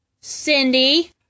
Cindy